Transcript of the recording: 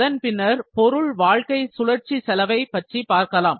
அதன் பின்னர் பொருள் வாழ்க்கைச் சுழற்சி செலவை பற்றி பார்க்கலாம்